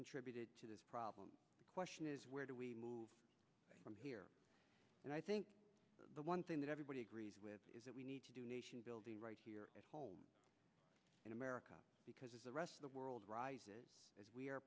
contributed to this problem question is where do we move from here and i think the one thing that everybody agrees with is that we need to do nation building right here at home in america because of the rest of the world rises as we are